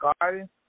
garden